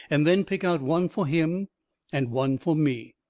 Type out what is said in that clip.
and then pick out one for him and one for me.